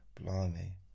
Blimey